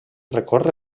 recorre